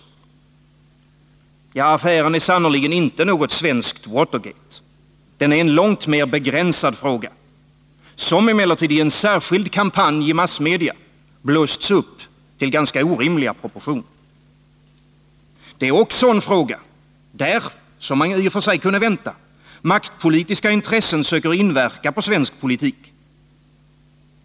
Ja, affären är sannerligen inte något svenskt Watergate. Den är en långt mer begränsad fråga, som emellertid i en särskild kampanj i massmedia blåsts upp till orimliga proportioner. Den är också en fråga genom vilken — som man i och för sig kunde vänta sig — maktpolitiska intressen söker inverka på svensk politik.